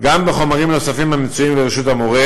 ניתן יהיה להשתמש בחומרים נוספים המצויים לרשות המורה,